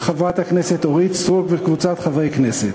של חברת הכנסת אורית סטרוק וקבוצת חברי הכנסת,